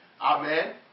Amen